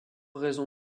raison